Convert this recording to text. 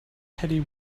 petty